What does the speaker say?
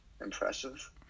Impressive